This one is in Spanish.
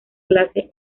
clase